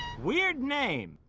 weird name.